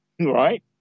Right